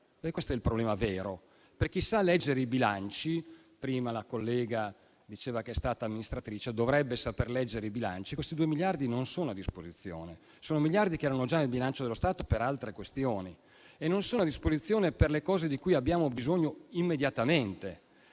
questo è il problema vero. Per chi sa leggere i bilanci - la collega che prima è intervenuta ha detto di essere stata amministratrice, quindi dovrebbe saper leggere i bilanci - questi due miliardi non sono a disposizione; sono miliardi che erano già nel bilancio dello Stato per altre questioni e non sono a disposizione per le cose di cui abbiamo bisogno immediatamente.